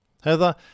Heather